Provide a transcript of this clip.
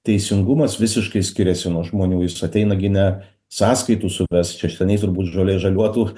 teisingumas visiškai skiriasi nuo žmonių jis ateina gi ne sąskaitų suvest čia seniai turbūt žolė žaliuotų